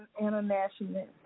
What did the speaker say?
international